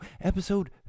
episode